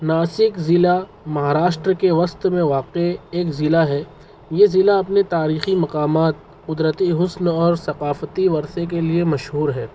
ناسک ضلع مہاراشٹںر کے وسط میں واقع ایک ضلع ہے یہ ضلع اپنے تاريخى مقامات قدرتی حسن اور ثقافتى ورثہ کے لیے مشہور ہے